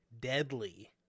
Deadly